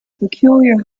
peculiar